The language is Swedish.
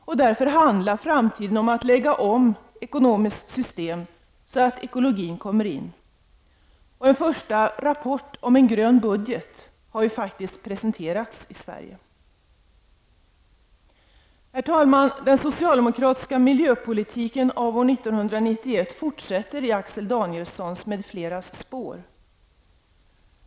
Således handlar framtiden om att vi måste lägga om kurs och välja ett ekonomiskt system för att ekologin skall komma med. En första rapport om en ''grön'' budget har faktiskt presenterats i Sverige. Herr talman! Den socialdemokratiska miljöpolitiken av år 1991 fortsätter i bl.a. Axel Danielssons spår.